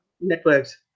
networks